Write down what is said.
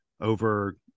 over